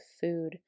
food